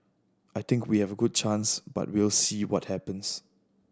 I think we have a good chance but we'll see what happens